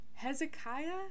Hezekiah